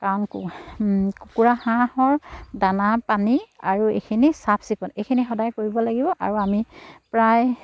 কাৰণ কুকুৰা হাঁহৰ দানা পানী আৰু এইখিনি চাফ চিকুণ এইখিনি সদায় কৰিব লাগিব আৰু আমি প্ৰায়